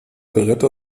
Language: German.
beretta